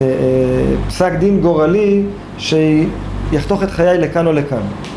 פסק דין גורלי שיחתוך את חיי לכאן או לכאן